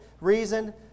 reason